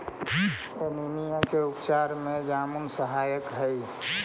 anaemia के उपचार में जामुन सहायक हई